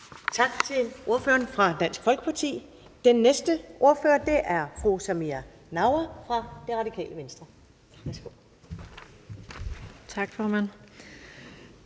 Tak til ordføreren fra Dansk Folkeparti. Den næste ordfører er fru Samira Nawa fra Radikale Venstre.